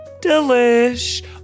delish